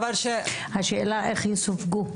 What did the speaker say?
השאלה איך יסווגו.